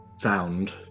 found